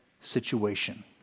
situation